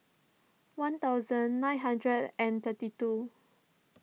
one thousand nine hundred and thirty two